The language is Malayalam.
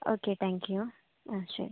ഓക്കെ താങ്ക് യൂ ആ ശരി